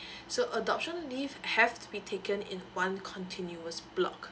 so adoption leave have to be taken in one continuous block